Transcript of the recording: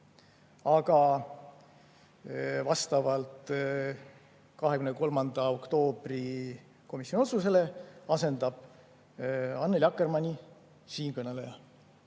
Aga vastavalt 23. oktoobri komisjoni otsusele asendab Annely Akkermanni siinkõneleja.